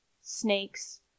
snakes